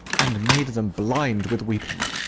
and made them blind with weeping.